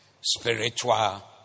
spiritual